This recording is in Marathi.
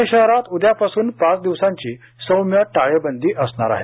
प्णे शहरात उदयापासून पाच दिवसांची सौम्य टाळेबंदी असणार आहे